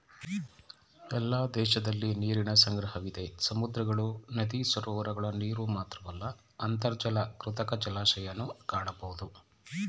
ಎಲ್ಲ ದೇಶದಲಿ ನೀರಿನ ಸಂಗ್ರಹವಿದೆ ಸಮುದ್ರಗಳು ನದಿ ಸರೋವರಗಳ ನೀರುಮಾತ್ರವಲ್ಲ ಅಂತರ್ಜಲ ಕೃತಕ ಜಲಾಶಯನೂ ಕಾಣಬೋದು